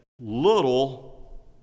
little